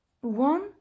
one